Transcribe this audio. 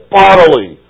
bodily